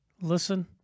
listen